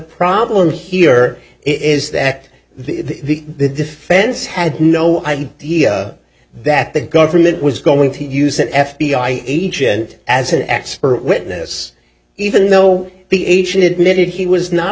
problem here is that the defense had no idea that the government was going to use an f b i agent as an expert witness even though the agent admitted he was not